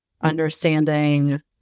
understanding